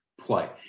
play